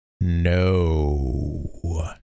No